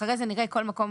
אחרי זה נראה, בכל מקום